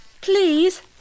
Please